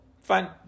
Fine